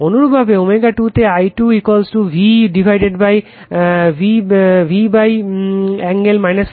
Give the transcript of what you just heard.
অনুরূপভাবে ω2 তে I 2 V ∠ 45°